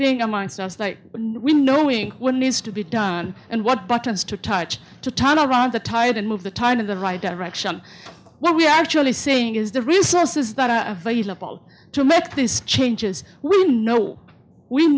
being amongst us like we knowing what needs to be done and what buttons to touch to turn around the tide and move the tide of the right direction what we're actually seeing is the resources that are available to make these changes we do know we